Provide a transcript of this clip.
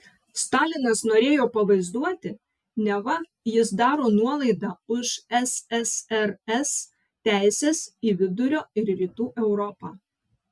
stalinas norėjo pavaizduoti neva jis daro nuolaidą už ssrs teises į vidurio ir rytų europą